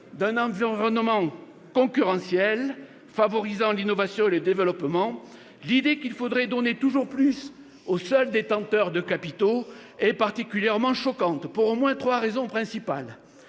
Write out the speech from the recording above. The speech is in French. d'un environnement concurrentiel favorisant l'innovation et le développement, l'idée qu'il faudrait donner toujours plus aux seuls détenteurs de capitaux est particulièrement choquante, pour au moins trois raisons principales.